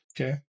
Okay